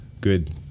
good